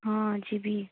ହଁ ଯିବି